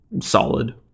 solid